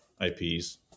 IPs